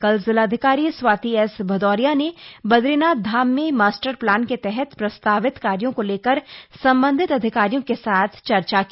कल जिलाधिकारी स्वाति एस भदौरिया ने बद्रीनाथ धाम में मास्टर प्लान के तहत प्रस्तावित कार्यो को लेकर संबधित अधिकारियों के साथ चर्चा की